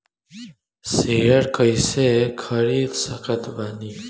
Share कइसे खरीद सकत बानी?